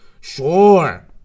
Sure